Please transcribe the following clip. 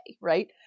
right